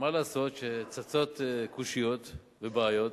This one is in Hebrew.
מה לעשות שצצות קושיות ובעיות.